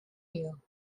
you